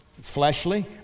fleshly